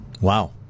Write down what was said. Wow